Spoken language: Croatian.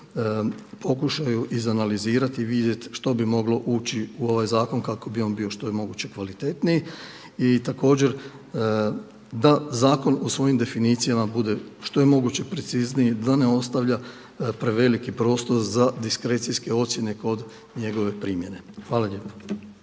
pokušaju izanalizirati i vidjeti što bi moglo ući u ovaj zakon kako bi on bio što je moguće kvalitetniji. I također da zakon u svojim definicijama bude što je moguće precizniji da ne ostavlja preveliki prostor za diskrecijske ocjene kod njegove primjene. Hvala lijepo.